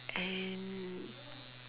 and